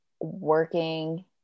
working